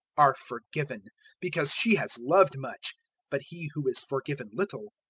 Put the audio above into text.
are forgiven because she has loved much but he who is forgiven little,